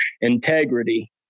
Integrity